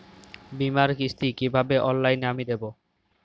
বীমার কিস্তি কিভাবে অনলাইনে আমি দেবো?